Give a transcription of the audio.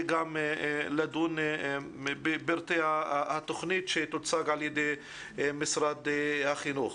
לדון בפרטי התוכנית שתוצג על ידי משרד החינוך.